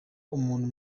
umuntu